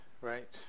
right